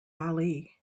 ali